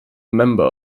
member